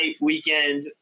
weekend